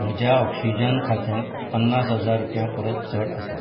म्हज्या ऑक्शिजन खात्यांत पन्नास हजार रुपया परस चड आसा